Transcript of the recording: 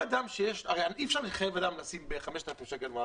אי אפשר לחייב אדם לשים מערכות ב-5,000 שקלים.